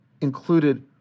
included